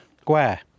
square